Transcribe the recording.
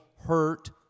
hurt